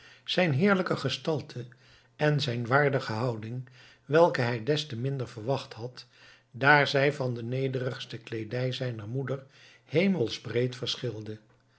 zijn heerlijke gestalte en zijn waardige houding welke hij des te minder verwacht had daar zij van de nederige kleedij zijner moeder hemelsbreed verschilde